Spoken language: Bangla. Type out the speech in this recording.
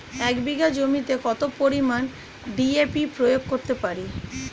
এক বিঘা জমিতে কত পরিমান ডি.এ.পি প্রয়োগ করতে পারি?